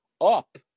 up